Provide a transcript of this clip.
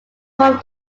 home